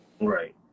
Right